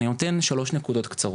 אני נותן שלוש נקודות קצרות.